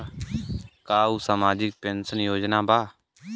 का उ सामाजिक पेंशन योजना बा?